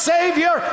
Savior